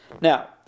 Now